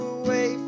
away